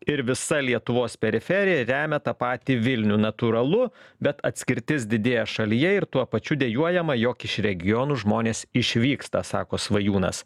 ir visa lietuvos periferija remia tą patį vilnių natūralu bet atskirtis didėja šalyje ir tuo pačiu dejuojama jog iš regionų žmonės išvyksta sako svajūnas